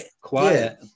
quiet